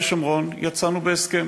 משטחי A ביהודה ושומרון יצאנו בהסכם,